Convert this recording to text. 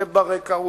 זה ברקע,